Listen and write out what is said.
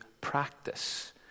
practice